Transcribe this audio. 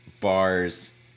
bars